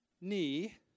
knee